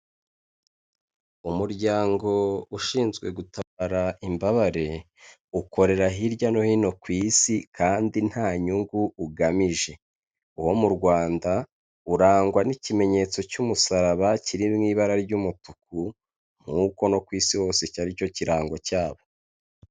Umuryango ushinzwe gutabara imbabare, ukorera hirya no hino ku isi kandi nta nyungu ugamije, uwo mu Rwanda urangwa n'ikimenyetso cy'umusaraba kiri mu ibara ry'umutuku nk'uko no ku isi hose icyi ari cyo kirango cyabo.